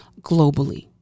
globally